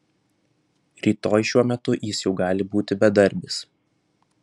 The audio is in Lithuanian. rytoj šiuo metu jis jau gali būti bedarbis